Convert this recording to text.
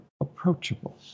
approachable